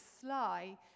sly